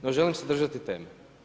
No želim se držati teme.